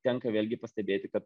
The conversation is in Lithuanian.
tenka vėlgi pastebėti kad